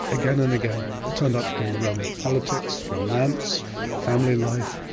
again and again it turned out to be in the realm of politics, romance, family life,